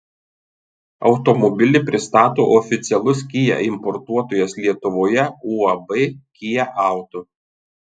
automobilį pristato oficialus kia importuotojas lietuvoje uab kia auto